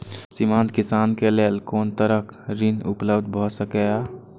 सीमांत किसान के लेल कोन तरहक ऋण उपलब्ध भ सकेया?